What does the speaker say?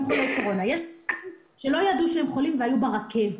יש כאלה שלא ידעו שהיו חולים והיו ברכבת.